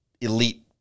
elite